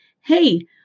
Hey